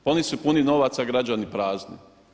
Pa oni su puni novaca, građani prazni.